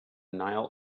nile